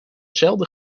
zelden